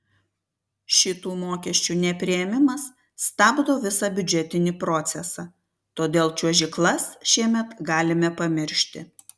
šitų mokesčių nepriėmimas stabdo visą biudžetinį procesą todėl čiuožyklas šiemet galime pamiršti